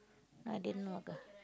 I didn't walk ah